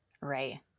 Right